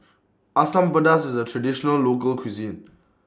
Asam Pedas IS A Traditional Local Cuisine